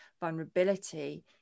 vulnerability